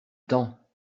temps